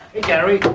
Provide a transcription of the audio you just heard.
gary.